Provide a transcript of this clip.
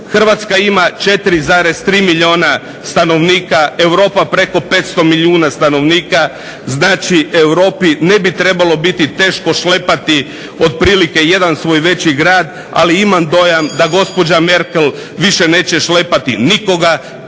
Hrvatska ima 4,3 milijuna stanovnika, Europa preko 500 milijuna stanovnika. Znači Europi ne bi trebalo biti teško šlepati otprilike jedan svoj veći grad, ali imam dojam da gospođa Merkel više neće šlepati nikoga